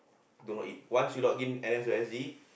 don't log in once you log in N_S S_G